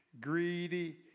greedy